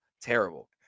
Terrible